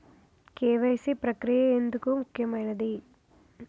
KYC ప్రక్రియ ఎందుకు ముఖ్యమైనది?